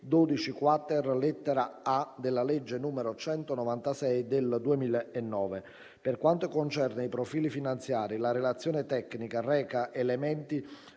12-quater, lettera a), della legge n. 196 del 2009. Per quanto concerne i profili finanziari, la relazione tecnica reca elementi